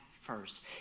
first